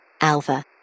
Alpha